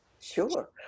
Sure